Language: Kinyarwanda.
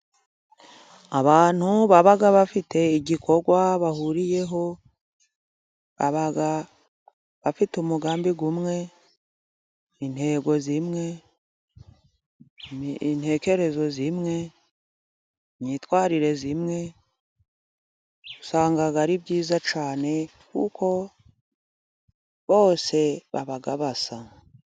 Abantu baba bafite igikorwa bahuriyeho, baba bafite umugambi umwe, intego zimwe, intekerezo zimwe, imyitwarire imwe, usanga ari byiza cyane kuko bose baba basa.